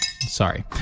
Sorry